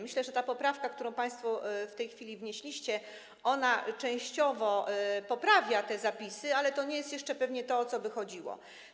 Myślę, że ta poprawka, którą państwo w tej chwili wnieśliście, częściowo poprawia te zapisy, ale to nie jest jeszcze pewnie to, o co by chodziło.